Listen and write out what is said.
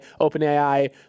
OpenAI